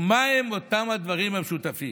ומה הם אותם הדברים המשותפים?